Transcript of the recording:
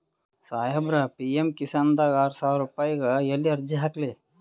ಸಾಹೇಬರ, ಪಿ.ಎಮ್ ಕಿಸಾನ್ ದಾಗ ಆರಸಾವಿರ ರುಪಾಯಿಗ ಎಲ್ಲಿ ಅರ್ಜಿ ಹಾಕ್ಲಿ?